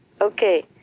Okay